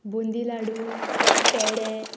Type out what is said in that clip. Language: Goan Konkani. बुंदी लाडू पेडे